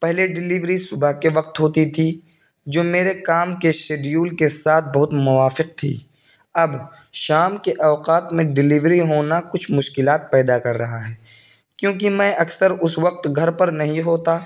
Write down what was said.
پہلے ڈلیوری صبح کے وقت ہوتی تھی جو میرے کام کے شیڈیول کے ساتھ بہت موافق تھی اب شام کے اوقات میں ڈلیوری ہونا کچھ مشکلات پیدا کر رہا ہے کیونکہ میں اکثر اس وقت گھر پر نہیں ہوتا